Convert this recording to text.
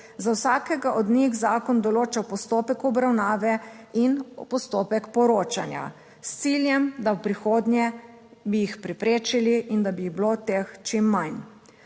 Za vsakega od njih zakon določa postopek obravnave in postopek poročanja s ciljem, da v prihodnje bi jih preprečili in da bi jih bilo teh čim manj.